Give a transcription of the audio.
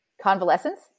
Convalescence